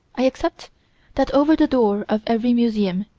i accept that over the door of every museum,